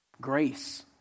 grace